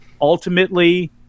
ultimately